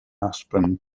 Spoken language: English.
aspen